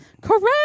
Correct